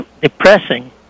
Depressing